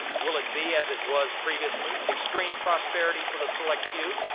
will it be as it was previously? extreme prosperity for the select few?